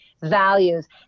Values